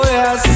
yes